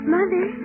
Mother